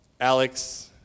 Alex